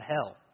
hell